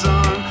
on